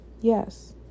Yes